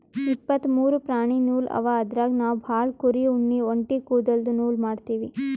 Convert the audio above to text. ಇಪ್ಪತ್ತ್ ಮೂರು ಪ್ರಾಣಿ ನೂಲ್ ಅವ ಅದ್ರಾಗ್ ನಾವ್ ಭಾಳ್ ಕುರಿ ಉಣ್ಣಿ ಒಂಟಿ ಕುದಲ್ದು ನೂಲ್ ಮಾಡ್ತೀವಿ